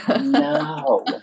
No